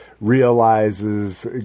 realizes